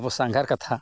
ᱟᱵᱚ ᱥᱟᱸᱜᱷᱟᱨ ᱠᱟᱛᱷᱟ